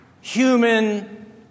human